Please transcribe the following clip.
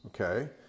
Okay